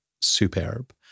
superb